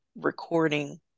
recording